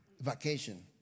vacation